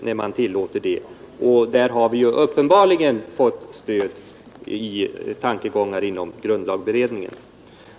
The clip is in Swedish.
Härvidlag har vi uppenbarligen fått stöd i tankegångar inom grundlagberedningen.